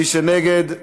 מי שנגד,